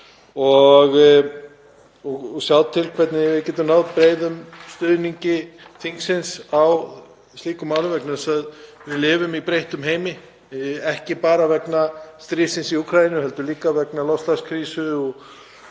og sjá hvernig við getum náð breiðum stuðningi þingsins í slíkum málum. Við lifum í breyttum heimi, ekki bara vegna stríðsins í Úkraínu heldur líka vegna loftslagskrísu